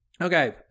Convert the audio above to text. Okay